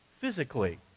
physically